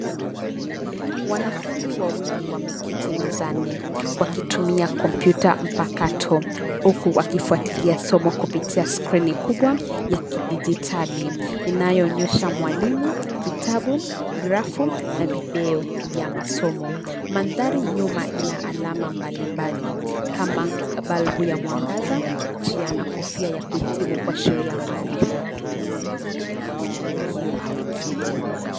Wanafunzi wawili wameketi mezani, wakitumia kompyuta mpakato huku wakifuatilia somo kupitia skrini kubwa ya kidijitali inayoonyesha mwalimu, kitabu, grafu na video ya masomo. Mandhari nyuma ina alama mbalimbali kama balbu ya mwanagaza, njia na kofia ya kuhitimu ya sheria maarifa, ubunifu na mafanikio ya ki-elimu.